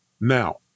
Now